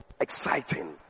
exciting